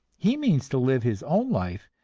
he means to live his own life,